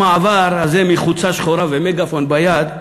המעבר הזה מחולצה שחורה ומגאפון ביד,